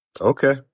Okay